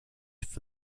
for